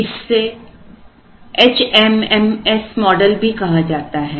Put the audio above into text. इससे HMMS model भी कहा जाता है